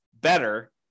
better